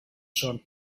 schon